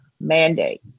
mandate